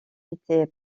étaient